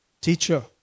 teacher